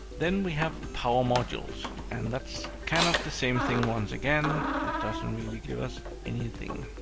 then we have power modules, and that's kind of the same thing once again. it doesn't really give us anything